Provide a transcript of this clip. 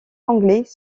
anglais